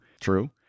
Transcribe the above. True